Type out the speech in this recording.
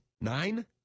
Nine